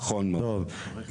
נכון מאוד.